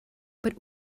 but